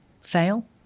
fail